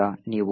a